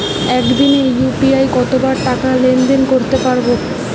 একদিনে ইউ.পি.আই কতবার টাকা লেনদেন করতে পারব?